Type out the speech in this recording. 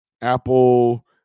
Apple